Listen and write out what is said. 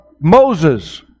Moses